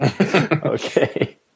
Okay